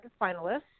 finalists